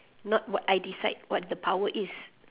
not what I decide what the power is